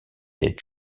des